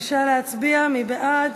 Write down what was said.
בבקשה להצביע, מי בעד?